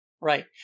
Right